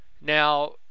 Now